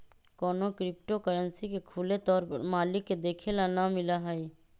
कौनो crypto currency के खुले तौर पर मालिक के देखे ला ना मिला हई